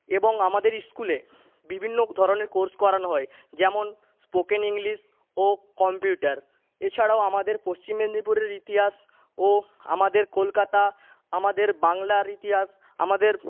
এবং আমাদের স্কুলে বিভিন্ন ধরনের কোর্স করানো হয় যেমন স্পোকেন ইংলিশ ও কম্পিউটার এছাড়াও আমাদের পশ্চিম মেদনীপুরের ইতিহাস ও আমাদের কলকাতা আমাদের বাংলার ইতিহাস আমাদের